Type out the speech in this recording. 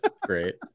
Great